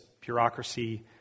bureaucracy